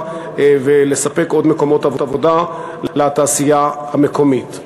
ולספק עוד מקומות עבודה לתעשייה המקומית.